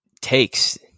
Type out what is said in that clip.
takes